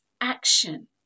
action